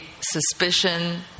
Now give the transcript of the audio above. suspicion